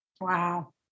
Wow